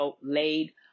laid